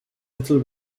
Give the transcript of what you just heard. little